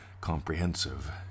Comprehensive